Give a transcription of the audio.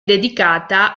dedicata